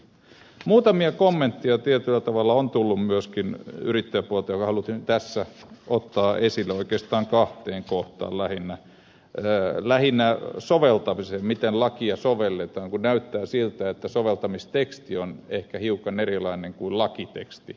muutamia kommentteja tietyllä tavalla on tullut myöskin yrittäjäpuolelta mikä haluttiin nyt tässä ottaa esille oikeastaan kahteen kohtaan lähinnä soveltamiseen miten lakia sovelletaan kun näyttää siltä että soveltamisteksti on ehkä hiukan erilainen kuin lakiteksti